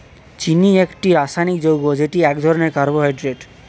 চিনি একটি রাসায়নিক যৌগ যেটি এক ধরনের কার্বোহাইড্রেট